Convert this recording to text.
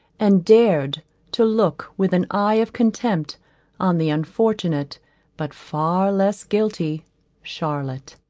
and dared to look with an eye of contempt on the unfortunate but far less guilty charlotte.